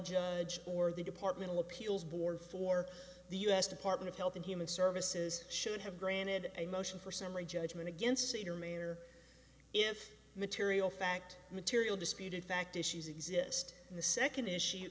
judge or the department of appeals board for the u s department of health and human services should have granted a motion for summary judgment against senior may or if material fact material disputed fact issues exist in the second issue